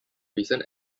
recent